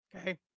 Okay